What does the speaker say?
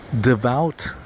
devout